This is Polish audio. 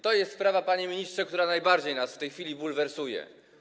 To jest sprawa, panie ministrze, która najbardziej nas w tej chwili bulwersuje.